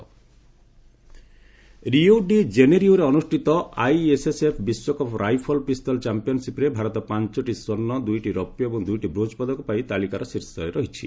ISSF Rio de କେନେରିଓରେ ଅନୁଷ୍ଠିତ ISSF ବିଶ୍ୱକପ୍ ରାଇଫଲ ପିସ୍ତଲ ଚାମ୍ପିଅନ୍ସିପ୍ରେ ଭାରତ ପାଞ୍ଚଟି ସ୍ୱର୍ଣ୍ଣ ଦୁଇଟି ରୌପ୍ୟ ଏବଂ ଦୁଇଟି ବ୍ରୋଞ୍ଜ ପଦକ ପାଇ ତାଲିକାର ଶୀର୍ଷରେ ରହିଛି